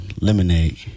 lemonade